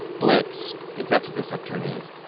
blips, if that's what this upturn is,